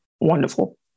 wonderful